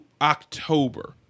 October